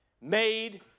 made